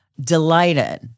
delighted